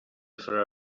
for